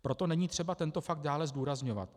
Proto není třeba tento fakt dále zdůrazňovat.